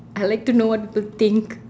I would like to know what people think